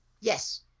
yes